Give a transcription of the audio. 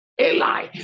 Eli